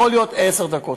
יכול להיות עשר דקות.